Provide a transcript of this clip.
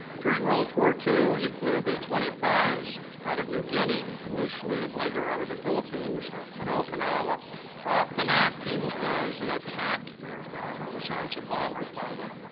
during world war two he flew b twenty five s out of new guinea initially and later out of the philippines and okinawa often acting as an attack aircraft besides a bomber pilot